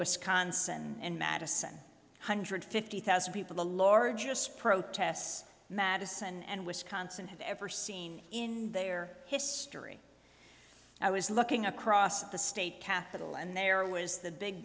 wisconsin and madison hundred fifty thousand people the largest protests madison and wisconsin have ever seen in their history i was looking across at the state capitol and there was the big